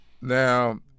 Now